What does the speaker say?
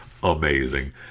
Amazing